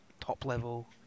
top-level